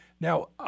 Now